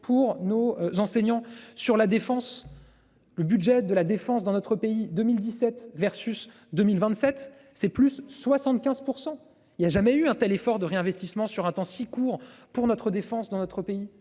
pour nos enseignants sur la défense. Le budget de la Défense dans notre pays 2017 versus 2027, c'est plus 75% il y a jamais eu un tel effort de réinvestissement sur un temps si court pour notre défense dans notre pays